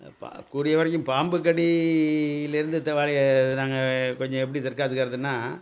பா கூடிய வரைக்கும் பாம்பு கடியிலேருந்து நாங்கள் கொஞ்சம் எப்படி தற்காத்துக்கிறதுனால்